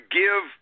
give